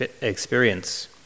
experience